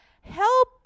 help